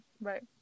right